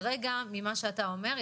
כרגע לפי מה שאתה אומר,